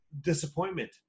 disappointment